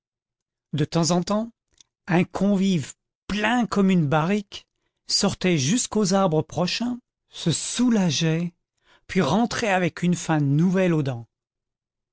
de temps en temps un convive plein comme une barrique sortait jusqu'aux arbres prochains se soulageait puis rentrait avec une faim nouvelle aux dents